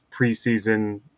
preseason